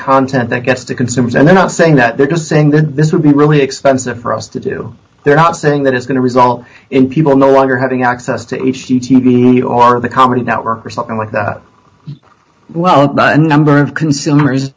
content that gets to consumers and they're not saying that they're just saying that this would be really expensive for us to do they're not saying that it's going to result in people no longer having access to our the current network or something like that well a number of consumers